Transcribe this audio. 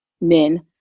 men